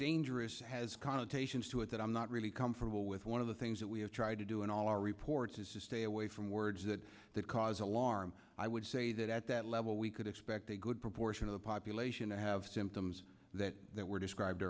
dangerous has connotations to it that i'm not really comfortable with one of the things that we have tried to do in all our reports is to stay away from words that that cause alarm i would say that at that level we could expect a good proportion of the population to have symptoms that that were described